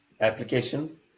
application